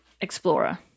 explorer